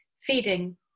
feeding